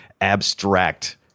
abstract